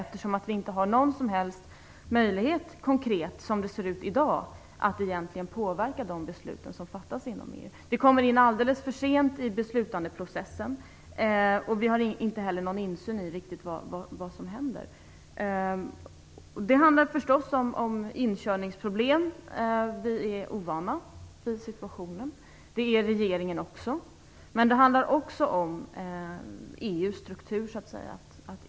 Vi har ju inte någon som helst konkret möjlighet att påverka de beslut som fattas inom EU. Vi kommer in alldeles för sent i beslutandeprocessen och vi har inte heller någon riktig insyn i vad som händer. Det handlar förstås om inkörningsproblem. Vi är ovana vid situationen. Det är också regeringen. Men det handlar även om EU:s struktur.